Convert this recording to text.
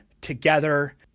together